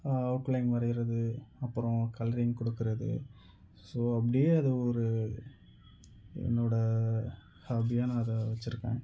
outline வரைகிறது அப்புறம் colouring கொடுக்குறது ஸோ அப்டியே அது ஒரு என்னோடய ஹாபியாக நான் அதை வெச்சிருக்கேன்